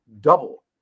Double